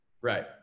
Right